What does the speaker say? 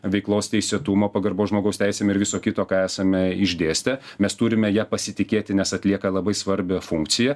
veiklos teisėtumo pagarbos žmogaus teisėm ir viso kito ką esame išdėstę mes turime ja pasitikėti nes atlieka labai svarbią funkciją